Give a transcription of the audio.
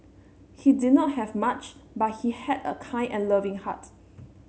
he did not have much but he had a kind and loving heart